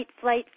flight